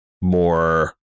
more